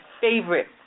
favorite